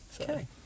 Okay